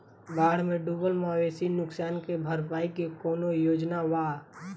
बाढ़ में डुबल मवेशी नुकसान के भरपाई के कौनो योजना वा?